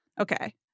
okay